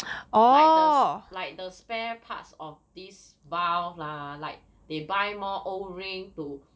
like the like the spare parts of these valve lah like they buy more O ring to